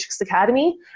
academy